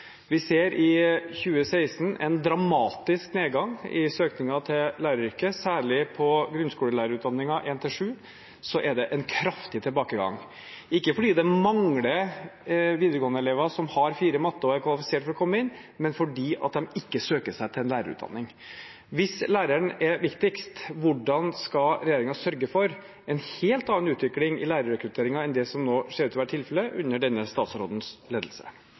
I 2016 ser vi en dramatisk nedgang i søkningen til læreryrket. Særlig på grunnskolelærerutdanningen 1.–7. er tilbakegangen kraftig, ikke fordi det mangler videregåendeelever som har 4 i matte og er kvalifisert for å komme inn, men fordi de ikke søker seg til lærerutdanning. Hvis læreren er viktigst, hvordan skal regjeringen sørge for en helt annen utvikling innen lærerrekrutteringen enn det som ser ut til å være tilfellet under denne statsrådens ledelse?